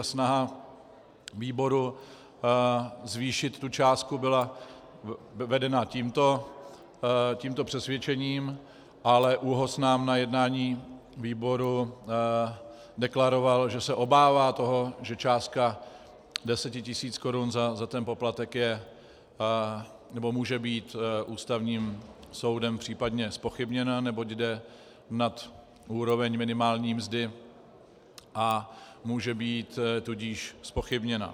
Snaha výboru zvýšit tu částku byla vedena tímto přesvědčením, ale ÚOHS nám na jednání výboru deklaroval, že se obává toho, že částka deset tisíc korun za ten poplatek je nebo může být Ústavním soudem případně zpochybněna, neboť jde nad úroveň minimální mzdy, a může být tudíž zpochybněna.